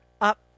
up